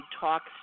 talks